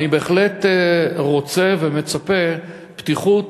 אך אני בהחלט רוצה ומצפה לפתיחות.